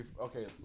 Okay